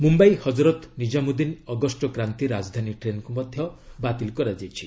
ମୁମ୍ବାଇ ହଜରତ ନିକ୍ରାମୁଦ୍ଦିନ ଅଗଷ୍ଟକ୍ରାନ୍ତି ରାଜଧାନୀ ଟ୍ରେନ୍କୁ ମଧ୍ୟ ବାତିଲ କରାଯାଇଛି